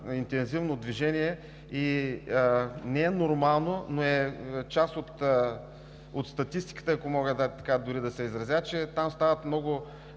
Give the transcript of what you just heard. интензивно движение. Не е нормално, но е част от статистиката, ако мога така да се изразя, че там стават много